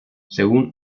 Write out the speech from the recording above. según